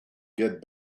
get